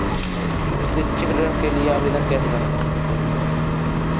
शैक्षिक ऋण के लिए आवेदन कैसे करें?